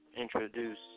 introduce